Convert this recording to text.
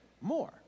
more